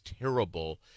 terrible